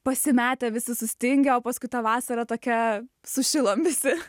pasimetę visi sustingę o pasui ta vasara tokia sušilom visi